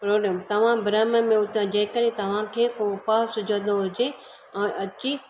problem तव्हां भ्रम में उथो जे करे तव्हांखे को उपाय सुझंदो हुजे और अची